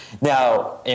Now